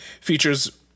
features